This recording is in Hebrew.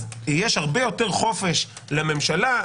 אז יש הרבה יותר חופש לממשלה,